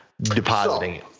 depositing